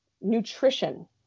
Nutrition